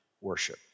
worship